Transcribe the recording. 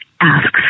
asks